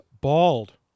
bald